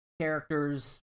characters